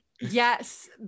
Yes